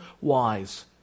wise